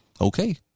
Okay